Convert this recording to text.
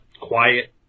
quiet